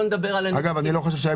בואו נדבר על --- אני לא חושב שהיה